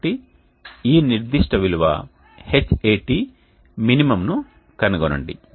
కాబట్టి ఈ నిర్దిష్ట విలువ Hat min ను కనుగొనండి